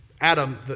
Adam